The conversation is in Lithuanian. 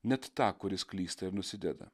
net tą kuris klysta ir nusideda